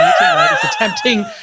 attempting